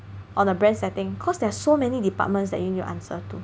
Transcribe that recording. on the brand setting because there are so many departments that you need to answer to